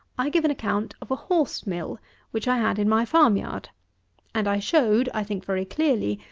i give an account of a horse-mill which i had in my farm yard and i showed, i think very clearly,